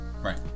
right